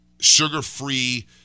Sugar-free